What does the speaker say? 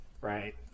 Right